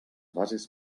bases